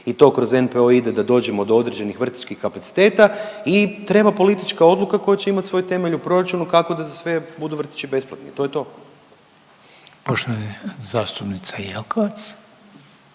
i to kroz NPOO ide da dođemo do određenih vrtićkih kapaciteta i treba politička odluka koja će imati svoj temelj u proračunu kako da za sve budu vrtići besplatni. To je to. **Reiner, Željko